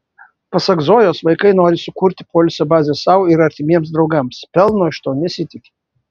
pasak zojos vaikai nori sukurti poilsio bazę sau ir artimiems draugams pelno iš to nesitiki